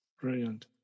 Brilliant